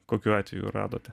kokių atvejų radote